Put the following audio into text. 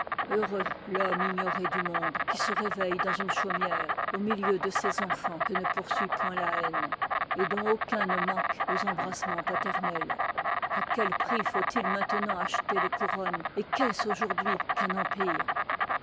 heureux l'homme ignoré du monde qui se réveille dans une chaumière au milieu de ses enfans que ne poursuit point la haine et dont aucun ne manque liv ii ux embrasscmens paternels a quel prix faut-il maintenant acheter les couronnes et qu'est-ce aujourd'hui qu'un empire